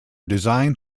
designed